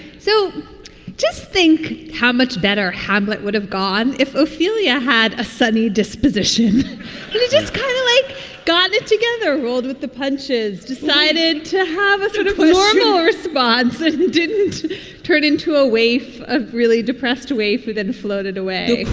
so just think how much better hamlet would have gone if ophelia had a sunny disposition and it's it's kind of like got that together, rolled with the punches, decided to have sort of a um ah response, and didn't turn into a wave of really depressed away for then floated away.